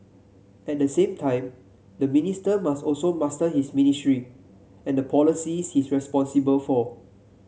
at the same time the minister must also master his ministry and the policies he is responsible for